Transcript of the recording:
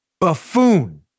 Buffoon